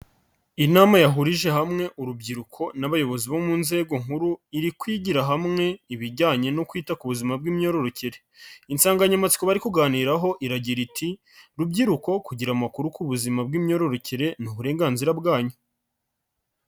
Inama yahurije hamwe urubyiruko n'abayobozi bo mu nzego nkuru, iri kwigira hamwe ibijyanye no kwita ku buzima bw'imyororokere, insanganyamatsiko bari kuganiraho iragira iti rubyiruko kugira amakuru ku buzima bw'imyororokere ni uburenganzira bwanyu.